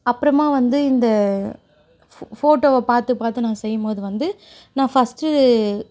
அப்புறமா வந்து இந்த ஃபோ ஃபோட்டோவை பார்த்து பார்த்து நான் செய்யும்போது வந்து நான் ஃபஸ்ட்டு